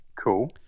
Cool